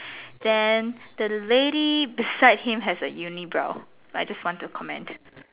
then the lady beside him has a unibrow I just wanted to comment